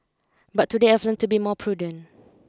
but today I've to be more prudent